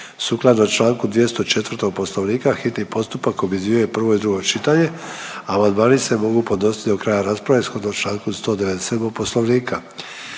Sukladno čl. 204. Poslovnika hitni postupak objedinjuje prvo i drugo čitanje, a amandmani se mogu podnositi do kraja rasprave shodno čl. 197. Poslovnika.